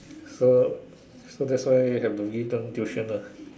so so that's why have to give them tuition ah